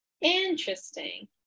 Interesting